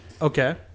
Okay